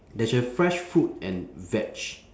there's a fresh fruit and veg